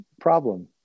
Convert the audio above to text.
problem